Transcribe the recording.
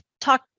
talk